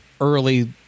early